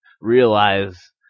realize